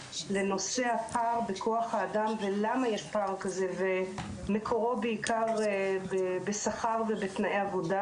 לנושא הפער בכוח האדם ולמה יש פער כזה ומקורו בעיקר בשכר ובתנאי עבודה.